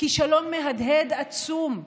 כישלון מהדהד, עצום.